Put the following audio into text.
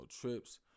trips